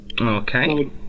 okay